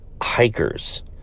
hikers